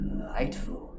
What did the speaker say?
delightful